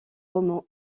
romans